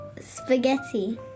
Spaghetti